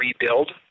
rebuild